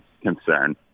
concern